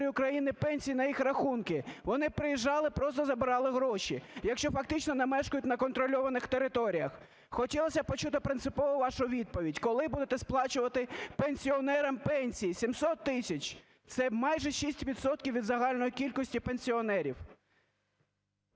України пенсії на їх рахунки? Вони б приїжджали, просто забирали гроші, якщо фактично не мешкають на контрольованих територіях. Хотілося б почути принципово вашу відповідь: коли будете сплачувати пенсіонерам пенсії? 700 тисяч – це майже 6 відсотків від загальної кількості пенсіонерів.